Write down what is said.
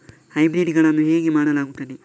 Hybrid ಗಳನ್ನು ಹೇಗೆ ಮಾಡಲಾಗುತ್ತದೆ?